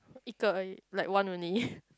一个 uh like one only